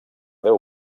deu